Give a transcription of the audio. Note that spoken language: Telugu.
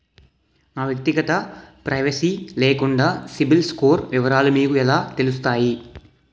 నా వ్యక్తిగత ప్రైవసీ లేకుండా సిబిల్ స్కోర్ వివరాలు మీకు ఎలా తెలుస్తాయి?